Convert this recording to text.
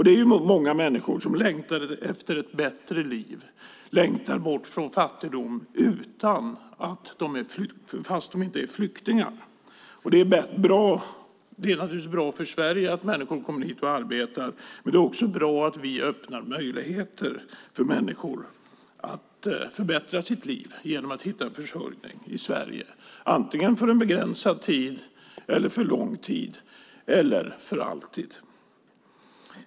Det är många människor som längtar efter ett bättre liv och längtar bort från fattigdom även om de inte är flyktingar. Det är naturligtvis bra för Sverige att människor kommer hit och arbetar, men det är också bra att vi öppnar möjligheter för människor att förbättra sina liv genom att hitta försörjning i Sverige för en begränsad tid, för lång tid eller för alltid.